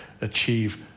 achieve